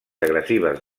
agressives